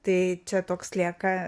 tai čia toks lieka